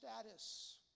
status